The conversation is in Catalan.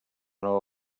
nova